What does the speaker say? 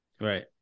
Right